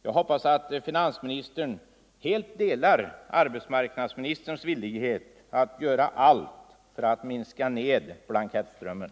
Jag hoppas att finansministern helt delar arbetsmarknadsministerns villighet att göra allt för att minska blankettströmmen.